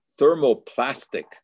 thermoplastic